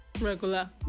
regular